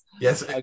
yes